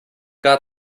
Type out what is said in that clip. got